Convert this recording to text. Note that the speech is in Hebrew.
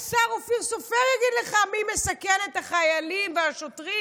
אולי השר אופיר יגיד לך מי מסכן את החיילים והשוטרים.